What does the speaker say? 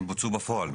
הם בוצעו בפועל,